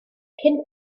cyn